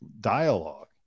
dialogue